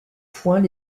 point